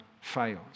fails